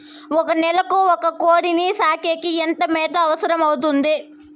ఒక నెలకు ఒక కోడిని సాకేకి ఎంత మేత అవసరమవుతుంది?